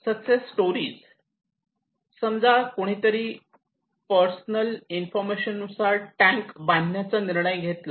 success story समजा कुणीतरी personal information नुसार टँक बांधण्याचा निर्णय घेतला